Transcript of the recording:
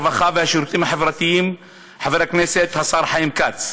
הרווחה והשירותים החברתיים חבר הכנסת השר חיים כץ,